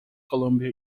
columbia